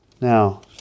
Now